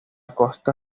costa